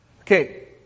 Okay